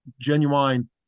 genuine